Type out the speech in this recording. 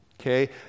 Okay